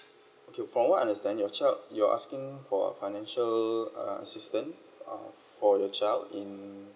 okay from what I understand your child you're asking for financial uh assistance uh for your child in